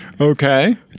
Okay